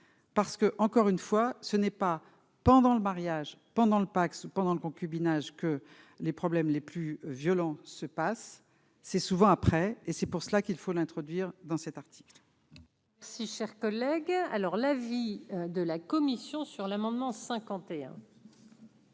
parce que, encore une fois, ce n'est pas pendant le mariage pendant le Pacs pendant le concubinage que les problèmes les plus violents se passe c'est souvent après et c'est pour cela qu'il faut l'introduire dans cet article. Si cher collègue alors l'avis de la commission sur l'amendement 51.